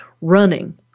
running